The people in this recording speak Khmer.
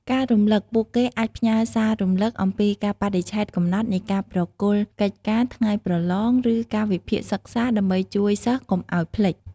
ការរំលឹកពួកគេអាចផ្ញើរ សាររំលឹក អំពីកាលបរិច្ឆេទកំណត់នៃការប្រគល់កិច្ចការ ថ្ងៃប្រឡង ឬកាលវិភាគសិក្សា ដើម្បីជួយសិស្សកុំឲ្យភ្លេច។